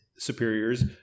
Superiors